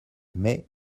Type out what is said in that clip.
mais